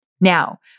Now